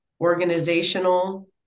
organizational